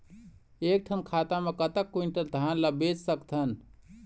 एक ठन खाता मा कतक क्विंटल धान ला बेच सकथन?